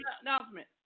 announcement